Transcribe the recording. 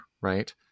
right